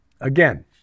Again